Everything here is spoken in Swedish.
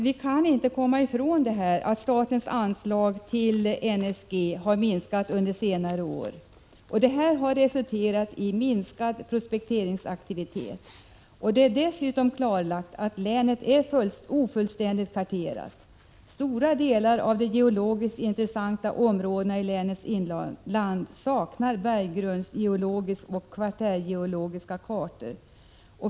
Vi kan inte komma ifrån att statens anslag till NSG minskat under senare år. Det har resulterat i minskad prospekteringsaktivitet. Det är dessutom klarlagt att länet är ofullständigt karterat. Stora delar av geologiskt intressanta områden i länets inland saknar berggrundsgeologiska och kvartärgeologiska kartor.